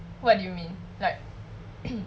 what do you mean like